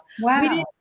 Wow